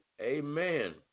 Amen